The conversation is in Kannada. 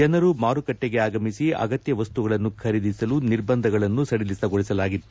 ಜನರು ಮಾರುಕಟ್ಟೆಗೆ ಆಗಮಿಸಿ ಆಗತ್ಯ ವಸ್ತುಗಳನ್ನು ಖರೀದಿಸಲು ನಿರ್ಬಂಧಗಳನ್ನು ಸಡಿಲಗೊಳಿಸಲಾಗಿತ್ತು